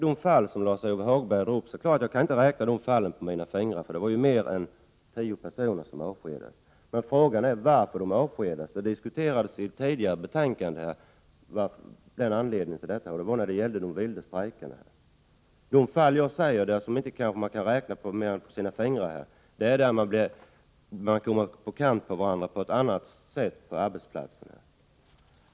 De fall som Lars-Ove Hagberg tar upp kan jag naturligtvis inte räkna på mina tio fingrar. Det var ju fler än tio personer som avskedades. Men frågan är varför de avskedades. Den frågan diskuterades i ett tidigare betänkande, och anledningen var de vilda strejkerna. De fall jag tänker på, som man kan räkna på sina fingrar, är de fall där man kommer på kant med varandra på ett annat sätt på arbetsplatsen.